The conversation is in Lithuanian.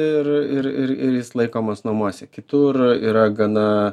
ir ir ir ir jis laikomas namuose kitur yra gana